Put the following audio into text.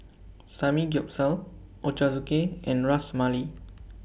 Samgeyopsal Ochazuke and Ras Malai